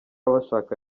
bashaka